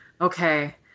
okay